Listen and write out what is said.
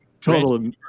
total